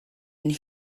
and